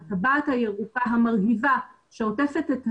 הטבעת הירוקה המרהיבה שעוטפת את העיר,